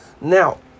Now